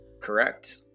Correct